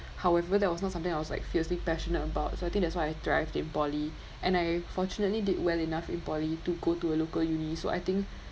however that was not something I was like fiercely passionate about so I think that's why I thrived in poly and I fortunately did well enough in poly to go to a local uni so I think